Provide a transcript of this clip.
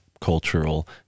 cultural